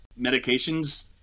medications